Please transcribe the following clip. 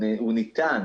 הוא ניתן.